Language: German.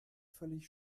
völlig